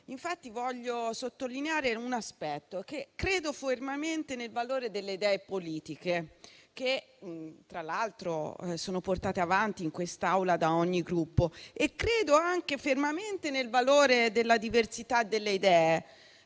e sottolineare un aspetto: credo fermamente nel valore delle idee politiche, che tra l'altro sono portate avanti in quest'Aula da ogni Gruppo e credo anche fermamente nel valore della diversità delle idee,